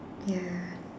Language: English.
ya